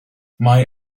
mae